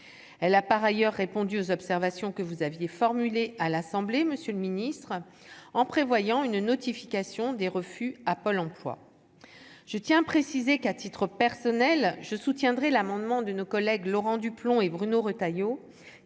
elle a par ailleurs répondu aux observations que vous aviez formulé à l'Assemblée, Monsieur le Ministre, en prévoyant une notification des refus à Pôle Emploi, je tiens à préciser qu'à titre personnel, je soutiendrai l'amendement de nos collègues, Laurent Duplomb et Bruno Retailleau,